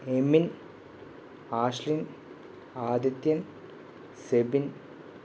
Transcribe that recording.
Emin Ashlin Adithyan Sebin